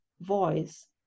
voice